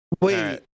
Wait